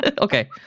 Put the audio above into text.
okay